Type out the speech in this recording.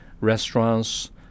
restaurants